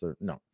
no